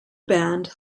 band